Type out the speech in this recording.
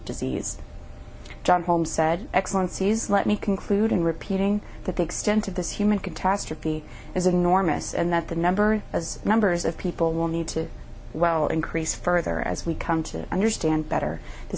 disease john holmes said excellencies let me conclude and repeating that the extent of this human catastrophe is enormous and that the number as numbers of people will need to well increase further as we come to an stand better the